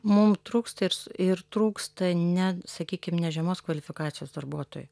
mum trūksta irs ir trūksta ne sakykim ne žemos kvalifikacijos darbuotojų